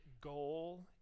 goal